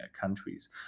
countries